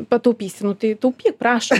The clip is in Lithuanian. pataupysi nu tai taupyk prašo